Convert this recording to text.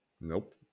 Nope